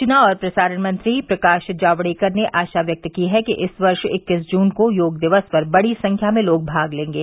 सूचना और प्रसारण मंत्री प्रकाश जावड़ेकर ने आशा व्यक्त की है कि इस वर्ष इक्कीस जून को योग दिक्स पर बड़ी संख्या में लोग भाग लेंगे